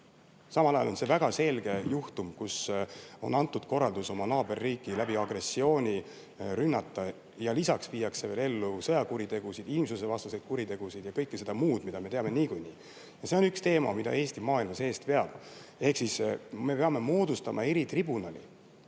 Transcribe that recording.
Samal ajal on see väga selge juhtum – on antud korraldus oma naaberriiki agressiooni teel rünnata. Lisaks viiakse ellu sõjakuritegusid, inimsusevastaseid kuritegusid ja kõike muud, mida me teame niikuinii. See on üks teema, mida Eesti maailmas eest veab. Me peame moodustama eritribunali